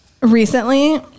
Recently